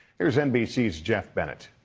here is nbc's geoff bennett.